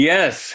Yes